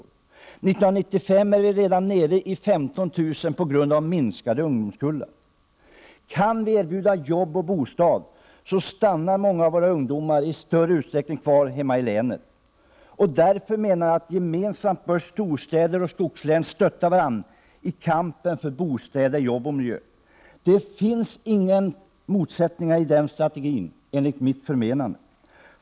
År 1995 är den siffran redan nere i 15 000 på grund av minskade ungdomskullar. Kan vi erbjuda jobb och bostad så stannar många av våra ungdomar kvar i länet i större utsträckning. Jag menar därför att storstäder och skogslän gemensamt bör stötta varandra i kampen för bostäder, jobb och miljö. Det finns enligt mitt förmenande inga motsättningar i den strategin.